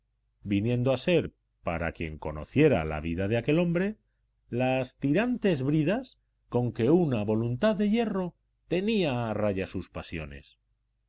viniendo a ser para quien conociera la vida de aquel hombre las tirantes bridas con que una voluntad de hierro tenía a raya sus pasiones